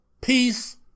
peace